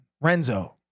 Renzo